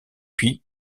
puis